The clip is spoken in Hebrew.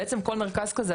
בעצם כל מרכז כזה,